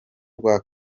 rwa